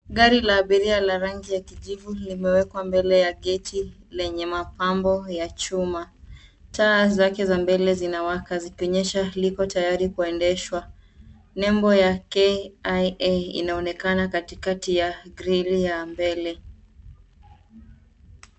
Gari la abiria la rangi ya kijivu limewekwa mbele ya geti lenye mapambo ya chuma. Taa zake za mbele zinawaka, zikionyesha lipo tayari kuendeshwa. Lebo ya KIA inaonekana katikati ya grili ya mbele.